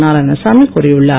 நாராயணசாமி கூறியுள்ளார்